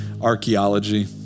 archaeology